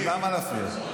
אבל למה להפריע?